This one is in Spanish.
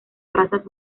razas